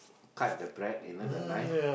cut the bread you know the knife